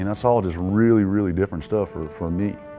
and it's all just really, really different stuff for for me.